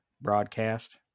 broadcast